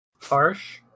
Harsh